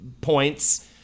points